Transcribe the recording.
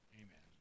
amen